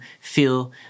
feel